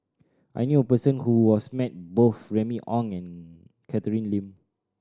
I knew a person who was met both Remy Ong and Catherine Lim